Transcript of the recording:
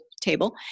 table